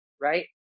right